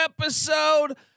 episode